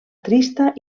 trista